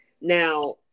Now